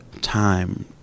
time